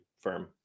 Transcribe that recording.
firm